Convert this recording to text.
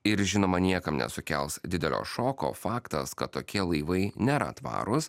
ir žinoma niekam nesukels didelio šoko faktas kad tokie laivai nėra tvarūs